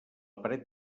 paret